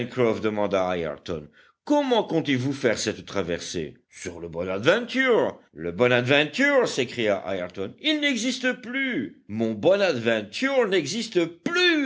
pencroff demanda ayrton comment comptez-vous faire cette traversée sur le bonadventure le bonadventure s'écria ayrton il n'existe plus mon bonadventure n'existe plus